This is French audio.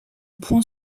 point